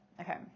Okay